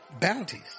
bounties